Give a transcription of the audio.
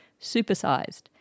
supersized